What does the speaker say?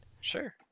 Sure